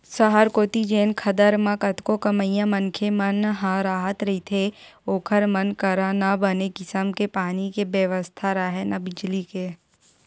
सहर कोती जेन खदर म कतको कमइया मनखे मन ह राहत रहिथे ओखर मन करा न बने किसम के पानी के बेवस्था राहय, न बिजली के